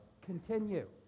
continue